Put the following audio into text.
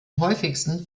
häufigsten